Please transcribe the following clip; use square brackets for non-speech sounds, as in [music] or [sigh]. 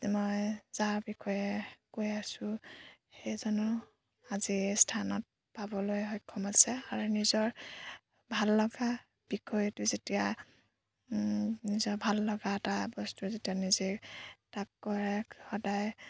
মই যাৰ বিষয়ে কৈ আছোঁ সেইজনো আজিৰ এই স্থানত পাবলৈ সক্ষম হৈছে আৰু নিজৰ ভাল লগা বিষয়টো যেতিয়া নিজৰ ভাল লগা এটা বস্তু যেতিয়া নিজে [unintelligible] সদায়